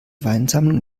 weinsammlung